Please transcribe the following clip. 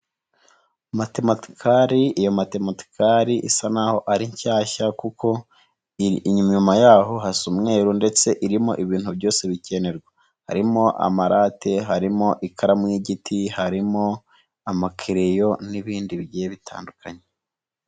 Matematikari iyo matematikari isa n'aho ari nshyashya kuko inyuma yaho hasa umweru ndetse irimo ibintu byose bikenerwa, harimo amarate harimo, ikaramu y'igiti, harimo amakereyo n'ibindi bigiye bitandukanye.